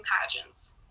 pageants